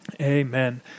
Amen